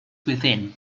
within